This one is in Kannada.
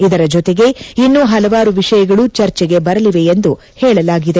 ಇದರ ಜತೆಗೆ ಇನ್ನೂ ಪಲವಾರು ವಿಷಯಗಳು ಚರ್ಚೆಗೆ ಬರಲಿದೆ ಎಂದು ಹೇಳಲಾಗಿದೆ